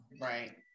Right